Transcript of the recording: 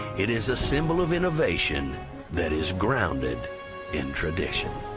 it is a symbol of innovation that is grounded in tradition.